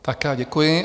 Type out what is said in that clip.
Tak já děkuji.